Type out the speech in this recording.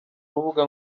rubuga